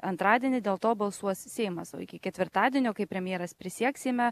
antradienį dėl to balsuos seimas o iki ketvirtadienio kai premjeras prisieks seime